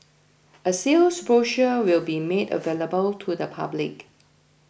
a sales brochure will be made available to the public